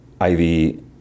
Ivy